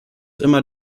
immer